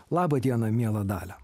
laba diena miela dalia